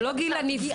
זה לא גיל הנפגע?